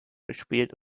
gespielt